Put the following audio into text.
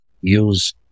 use